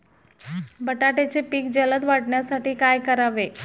बटाट्याचे पीक जलद वाढवण्यासाठी काय करावे?